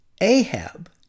Ahab